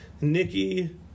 Nikki